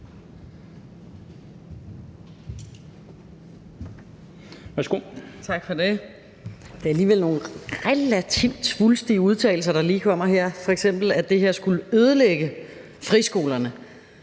Tak for ordet.